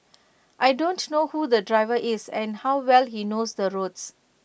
I don't know who the driver is and how well he knows the roads